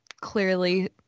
Clearly